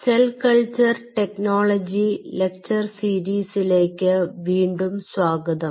cell culture technology lecture സീരീസിലേക്ക് വീണ്ടും സ്വാഗതം